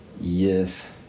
Yes